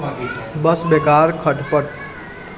बस बेकार खटपट